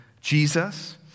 Jesus